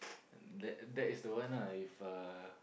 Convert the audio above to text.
that that is the one ah if ah